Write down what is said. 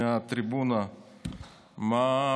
מהטריבונה: מה,